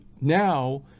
now